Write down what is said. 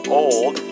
old